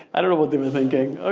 i don't know what they were thinking.